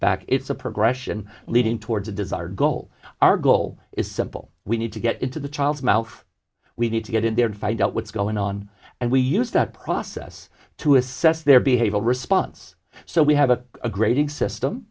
back it's a progression leading towards a desired goal our goal is simple we need to get into the child's mouth we need to get in there and find out what's going on and we use that process to assess their behavioral response so we have a grading system